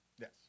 Yes